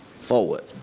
forward